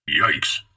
Yikes